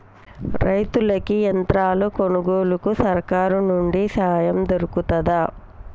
రైతులకి యంత్రాలు కొనుగోలుకు సర్కారు నుండి సాయం దొరుకుతదా?